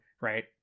right